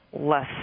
less